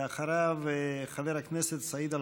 ואחריו, חבר הכנסת סעיד אלחרומי.